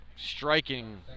Striking